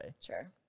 Sure